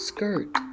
Skirt